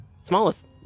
smallest